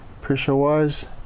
pressure-wise